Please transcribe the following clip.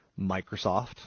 Microsoft